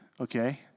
Okay